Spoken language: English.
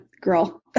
girl